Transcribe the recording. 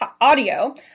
Audio